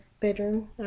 bedroom